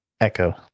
Echo